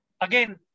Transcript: again